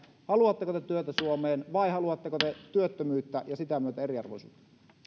haluatteko te työtä suomeen vai haluatteko te työttömyyttä ja sitä myötä eriarvoisuutta